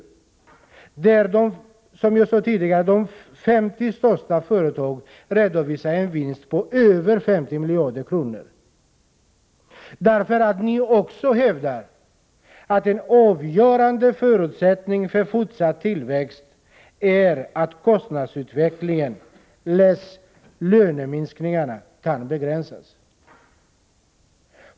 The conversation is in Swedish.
Samtidigt redovisar, som jag sade tidigare, de 50 största företagen en vinst på över 50 miljarder kronor. Socialdemokraterna hävdar ju också att en avgörande förutsättning för fortsatt tillväxt är att kostnadsutvecklingen kan begränsas, dvs. att lönerna minskar.